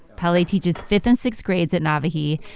pele teaches fifth and sixth grades at nawahi.